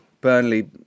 Burnley